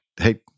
Hey